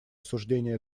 обсуждения